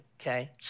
okay